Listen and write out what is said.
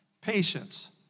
patience